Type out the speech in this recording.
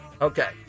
Okay